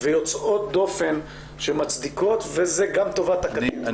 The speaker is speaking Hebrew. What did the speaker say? ויוצאות דופן שמצדיקות וזו גם טובת הקטין.